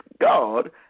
God